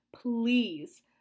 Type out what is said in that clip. please